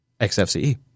XFCE